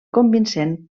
convincent